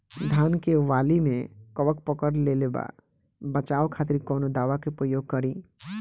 धान के वाली में कवक पकड़ लेले बा बचाव खातिर कोवन दावा के प्रयोग करी?